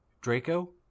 Draco